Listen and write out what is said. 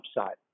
upside